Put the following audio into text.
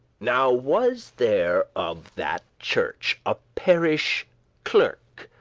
now was there of that church a parish clerk,